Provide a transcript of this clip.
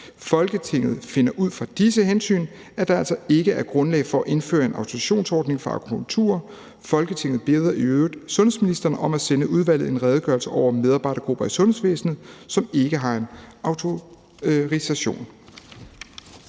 Folketinget finder ud fra disse hensyn, at der ikke er grundlag for at indføre en autorisationsordning for akupunktører. Folketinget beder i øvrigt sundhedsministeren om at sende udvalget en redegørelse over medarbejdergrupper i sundhedsvæsenet, som ikke har en autorisation.«